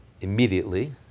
Immediately